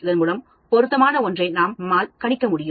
இதன் மூலம் பொருத்தமான ஒன்றை நம்மால் கணிக்க முடியும்